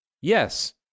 Yes